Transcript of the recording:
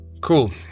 Cool